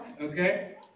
Okay